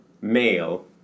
male